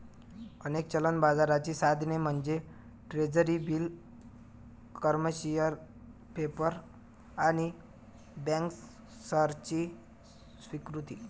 अनेक चलन बाजाराची साधने म्हणजे ट्रेझरी बिले, कमर्शियल पेपर आणि बँकर्सची स्वीकृती